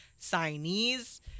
signees